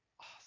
awesome